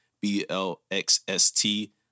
B-L-X-S-T